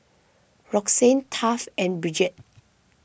Roxann Taft and Bridgette